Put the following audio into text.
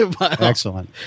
Excellent